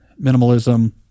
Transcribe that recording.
minimalism